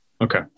Okay